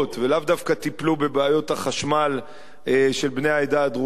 ולאו דווקא טיפלו בבעיות החשמל של בני העדה הדרוזית.